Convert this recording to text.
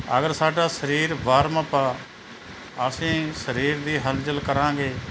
ਅਗਰ ਸਾਡਾ ਸਰੀਰ ਵਾਰਮ ਅਪ ਆ ਅਸੀਂ ਸਰੀਰ ਦੀ ਹਿਲ ਜੁਲ ਕਰਾਂਗੇ